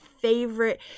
favorite